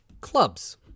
clubs